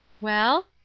Well